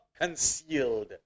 concealed